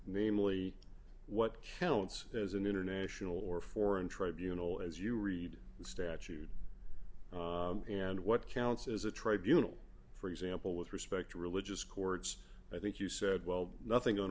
namely what counts as an international or foreign tribunal as you read the statute and what counts as a tribunal for example with respect to religious courts i think you said well nothing o